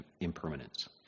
impermanence